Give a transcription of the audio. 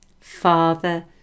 Father